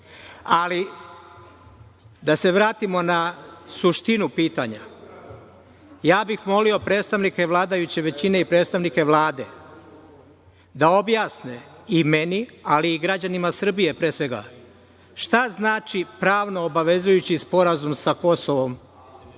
da se vratimo na suštinu pitanja. Ja bih molio predstavnike vladajuće većine i predstavnike Vlade da objasne i meni, ali i građanima Srbije, pre svega, šta znači pravno obavezujući sporazum sa Kosovom